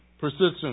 Persistence